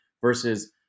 versus